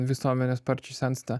visuomenė sparčiai sensta